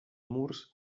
murs